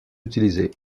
utilisé